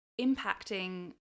impacting